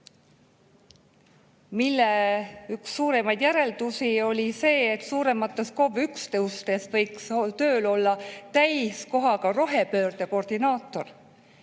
Selle üks suuremaid järeldusi oli see, et suuremates KOV-üksustes võiks tööl olla täiskohaga rohepöörde koordinaator,